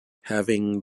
having